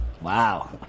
Wow